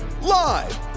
live